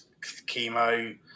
chemo